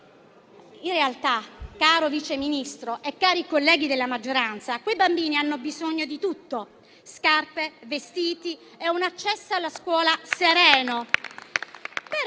In realtà, caro Vice Ministro e cari colleghi della maggioranza, quei bambini hanno bisogno di tutto, dalle scarpe ai vestiti e un accesso alla scuola sereno